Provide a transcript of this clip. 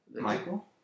Michael